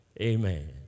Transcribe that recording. Amen